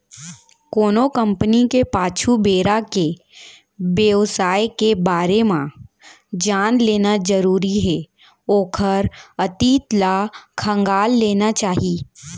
कोनो कंपनी के पाछू बेरा के बेवसाय के बारे म जान लेना जरुरी हे ओखर अतीत ल खंगाल लेना चाही